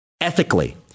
ethically